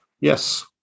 yes